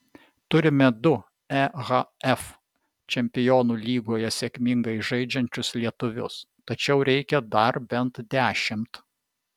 turime du ehf čempionų lygoje sėkmingai žaidžiančius lietuvius tačiau reikia dar bent dešimt